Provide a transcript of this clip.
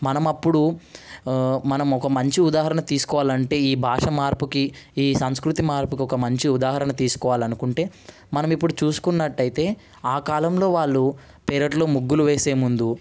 మనం అప్పుడు మనం ఒక మంచి ఉదాహరణ తీసుకోవాలంటే ఈ భాష మార్పుకి ఈ సంస్కృతి మార్పుకి ఒక మంచి ఉదాహరణ తీసుకోవాలనుకుంటే మనం ఇప్పుడు చూసుకున్నట్టయితే కాలంలో వాళ్ళు పెరట్లో ముగ్గులు వేసే ముందు